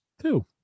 Two